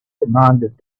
demanded